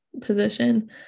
position